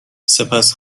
سپس